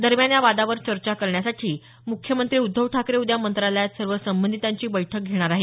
दरम्यान या वादावर चर्चा करण्यासाठी मुख्यमंत्री उध्दव ठाकरे उद्या मंत्रालयात सर्व संबंधितांची बैठक घेणार आहेत